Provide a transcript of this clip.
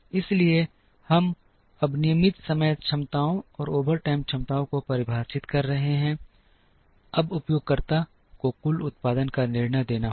इसलिए हम अब नियमित समय क्षमताओं और ओवरटाइम क्षमताओं को परिभाषित कर रहे हैं अब उपयोगकर्ता को कुल उत्पादन पर निर्णय देना होगा